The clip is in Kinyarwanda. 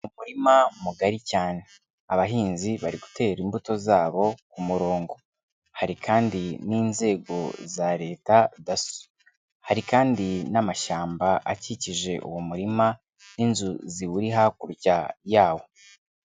Mu murima mugari cyane, abahinzi bari gutera imbuto zabo ku murongo, hari kandi n'inzego za Leta daso, hari kandi n'amashyamba akikije uwo murima n'inzu ziwuri hakurya yawo.